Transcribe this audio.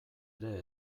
ere